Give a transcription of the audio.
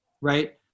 right